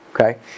okay